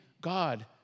God